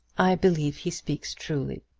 i believe he speaks truly.